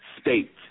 State